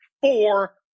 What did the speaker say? four